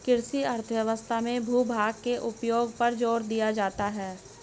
कृषि अर्थशास्त्र में भूभाग के उपयोग पर जोर दिया जाता है